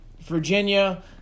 Virginia